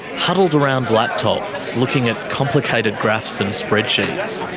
huddled around laptops, looking at complicated graphs and spreadsheets.